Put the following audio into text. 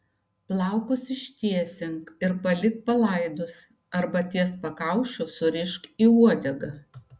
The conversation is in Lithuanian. plaukus ištiesink ir palik palaidus arba ties pakaušiu surišk į uodegą